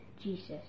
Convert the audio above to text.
Jesus